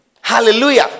Hallelujah